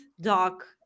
Doc